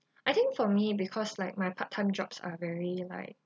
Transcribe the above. I think for me because like my part time jobs are very like